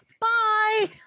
Bye